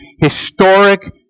historic